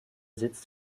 sitz